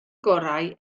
gorau